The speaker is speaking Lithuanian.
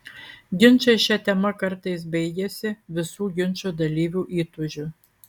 ginčai šia tema kartais baigiasi visų ginčo dalyvių įtūžiu